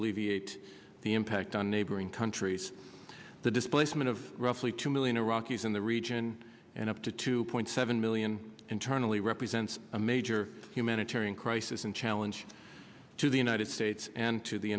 alleviate the impact on neighboring countries the displacement of roughly two million iraqis in the region and up to two point seven million internally represents a major humanitarian crisis and challenge to the united states and to the